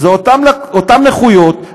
אותן נכויות,